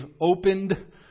opened